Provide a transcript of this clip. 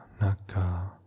naka